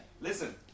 Listen